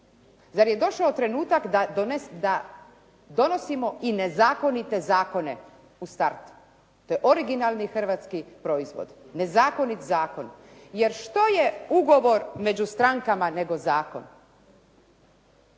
Zar je došao trenutak da donosimo i nezakonite zakone u start? To je originalni hrvatski proizvod, nezakonit zakon. Jer što je ugovor među strankama nego zakon?